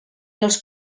els